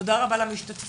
תודה רבה למשתתפים,